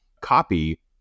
copy